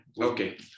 Okay